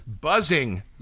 buzzing